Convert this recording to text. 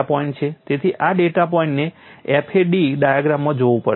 તેથી આ ડેટા પોઇન્ટને FAD ડાયાગ્રામમાં જોવું પડશે